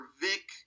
Vic